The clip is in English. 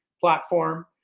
platform